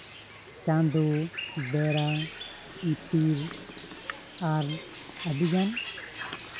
ᱪᱟᱸᱫᱳ ᱵᱮᱲᱟ ᱤᱯᱤᱞ ᱟᱨ ᱟᱹᱰᱤᱜᱟᱱ